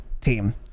team